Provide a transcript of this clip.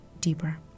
deeper